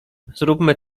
zróbmy